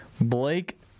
Blake